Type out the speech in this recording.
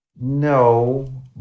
No